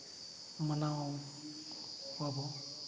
ᱢᱟᱱᱟᱣ ᱠᱚᱣᱟᱵᱚᱱ